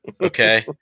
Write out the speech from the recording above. Okay